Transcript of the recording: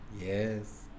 Yes